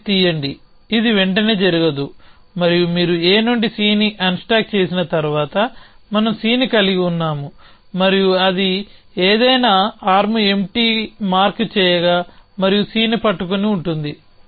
A తీయండి ఇది వెంటనే జరగదు మరియు మీరు A నుండి Cని అన్స్టాక్ చేసిన తర్వాత మనం C ని కలిగి ఉన్నాము మరియు అది ఏదైనా ఆర్మ్ ఎంప్టీ మార్క్ చేయగా మరియు C ని పట్టుకుని ఉంటుంది